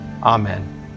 Amen